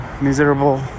miserable